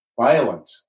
Violent